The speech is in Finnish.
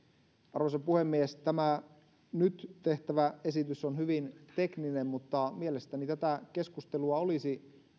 arvoisa puhemies tämä nyt tehtävä esitys on hyvin tekninen mutta mielestäni tätä keskustelua olisi